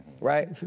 right